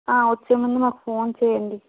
వచ్చే ముందు మాకు ఫోన్ చేయండి